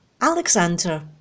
Alexander